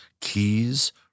keys